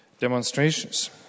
demonstrations